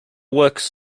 works